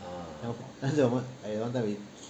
那时我们 at one time we